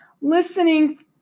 listening